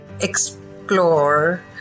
Explore